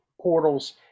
portals